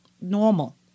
normal